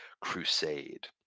crusade